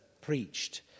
preached